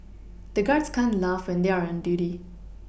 the guards can't laugh when they are on duty